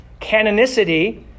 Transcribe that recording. Canonicity